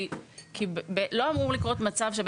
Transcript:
כי לא אמור לקרות מצב,